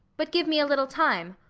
but give me a little time.